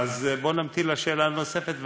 בוא נמשיך לשאלה הנוספת,